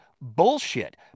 bullshit